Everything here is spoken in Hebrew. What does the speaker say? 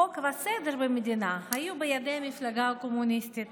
החוק והסדר במדינה היו בידי המפלגה הקומוניסטית